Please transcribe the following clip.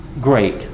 great